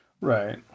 Right